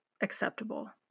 acceptable